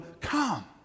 come